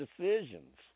decisions